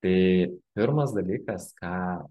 tai pirmas dalykas ką